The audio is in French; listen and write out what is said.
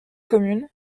commune